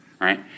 right